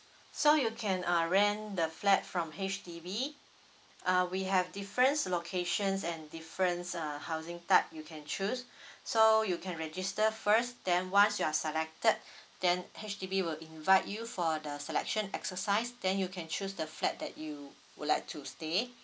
so you can uh rent the flat from H_D_B uh we have difference locations and difference uh housing type you can choose so you can register first then once you are selected then H_D_B will invite you for the selection exercise then you can choose the flat that you would like to stay